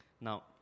Now